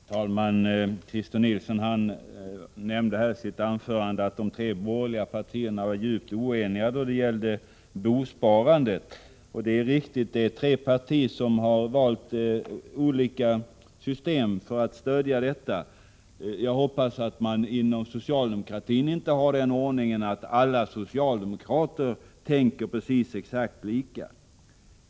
Herr talman! Christer Nilsson nämnde i sitt anförande att de tre borgerliga partierna var djupt oeniga då det gällde bosparandet. Det är riktigt att partier har valt olika system för att stödja bosparandet. Jag hoppas att man inom socialdemokratin inte har den ordningen att alla socialdemokrater måste tänka exakt lika.